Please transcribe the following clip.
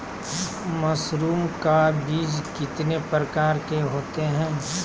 Mushroom का बीज कितने प्रकार के होते है?